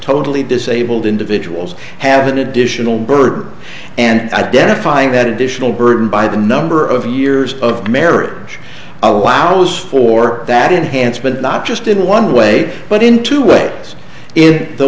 totally disabled individuals have an additional burden and identifying that additional burden by the number of years of marriage allows for that enhanced but not just in one way but into what is in the